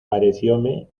parecióme